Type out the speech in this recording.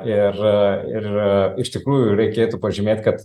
ir ir iš tikrųjų reikėtų pažymėt kad